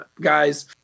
guys